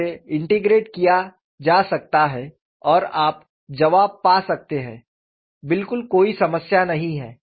तो इसे इंटेग्रेट किया जा सकता है और आप जवाब पा सकते हैं बिल्कुल कोई समस्या नहीं है